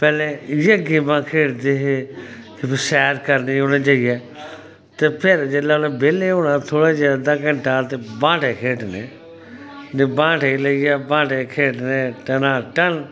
पैह्लै इयै गेमा खेढदे हे सैर करनी उनैं जाइऐ ते फिर जिसलै उनै बेल्लै होने अद्धा घैण्टा ब्हांटे खेढने ब्टेहां लेइऐ ब्हांटे खेढने टना टन्न